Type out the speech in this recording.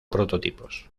prototipos